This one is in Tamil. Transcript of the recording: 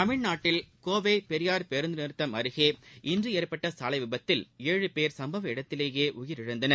தமிழ்நாட்டில் கோவையில் பெரியார் பேருந்து நிறுத்தம் அருகே இன்று ஏற்பட்ட சாலை விபத்தில் ஏழு பேர் சம்பவ இடத்திலேயே உயிரிழந்தனர்